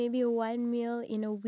ya